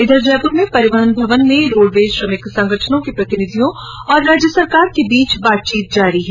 इधर जयपूर में परिवहन भवन में रोड़वेज श्रमिक संगठनों के प्रतिनिधियों और राज्य सरकार के बीच वार्ता जारी है